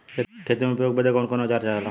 खेती में उपयोग बदे कौन कौन औजार चाहेला?